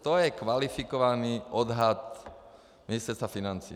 To je kvalifikovaný odhad Ministerstva financí.